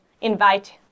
invite